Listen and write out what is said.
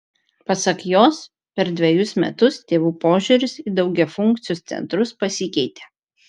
pasak jos per dvejus metus tėvų požiūris į daugiafunkcius centrus pasikeitė